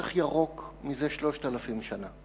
שטח ירוק מזה 3,000 שנה.